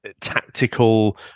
tactical